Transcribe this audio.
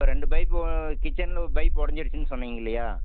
ஆ ரெண்டு பைப்பு கிச்சனில் ஒரு பைப் உடஞ்சிருச்சின்னு சொன்னிங்க இல்லையா